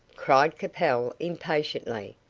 cried capel, impatiently.